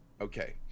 Okay